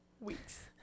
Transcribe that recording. weeks